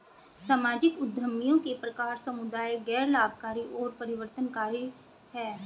सामाजिक उद्यमियों के प्रकार समुदाय, गैर लाभकारी और परिवर्तनकारी हैं